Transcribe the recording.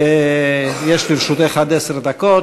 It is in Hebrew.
יש לרשותך עד עשר דקות.